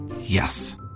Yes